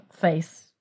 face